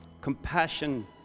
compassion